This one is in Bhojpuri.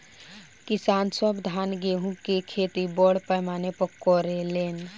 किसान सब धान गेहूं के खेती बड़ पैमाना पर करे लेन